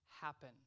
happen